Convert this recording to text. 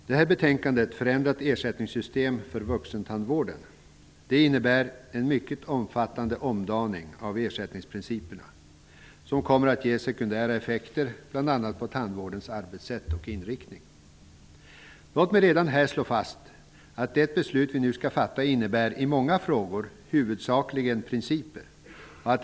Herr talman! Det här betänkandet, Förändrat ersättningssystem för vuxentandvården, innebär en mycket omfattande omdaning av ersättningsprinciperna som kommer att ge sekundära effekter, bl.a. på tandvårdens arbetssätt och inriktning. Låt mig redan här slå fast att det beslut vi nu skall fatta innebär i många frågor huvudsakligen principer.